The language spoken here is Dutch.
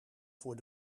voor